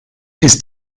ist